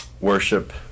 worship